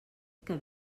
que